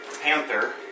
Panther